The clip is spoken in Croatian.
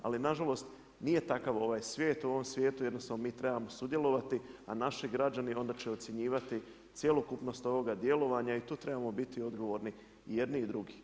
Ali nažalost nije takav ovaj svijet, u ovom svijetu jednostavno mi trebao sudjelovati a naši građani onda će ocjenjivati cjelokupnost ovoga djelovanja i tu trebamo biti odgovorni i jedni i drugi.